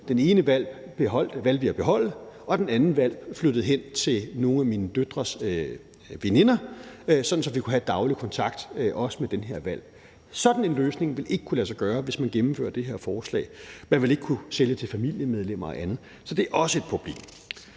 Den ene hvalp valgte vi at beholde, og den anden hvalp flyttede hen til nogle af mine døtres veninder, sådan at vi kunne have daglig kontakt også med den her hvalp. Sådan en løsning ville ikke kunne lade sig gøre, hvis man gennemfører det her forslag. Man vil ikke kunne sælge til familiemedlemmer og andre – så det er også et problem.